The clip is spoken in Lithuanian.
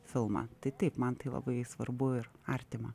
filmą tai taip man tai labai svarbu ir artima